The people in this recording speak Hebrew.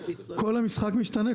כל המשחק משתנה,